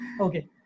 okay